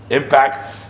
impacts